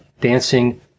dancing